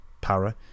para